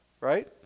right